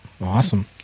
Awesome